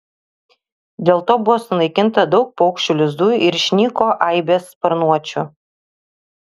dėl to buvo sunaikinta daug paukščių lizdų ir išnyko aibės sparnuočių